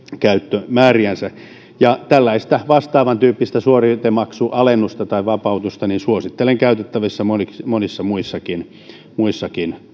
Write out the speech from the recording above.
käyttömääriänsä tällaista vastaavantyyppistä suoritemaksualennusta tai vapautusta suosittelen käytettäväksi monissa muissakin muissakin